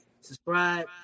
subscribe